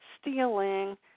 stealing